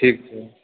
ठीक छै